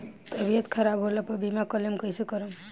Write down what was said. तबियत खराब होला पर बीमा क्लेम कैसे करम?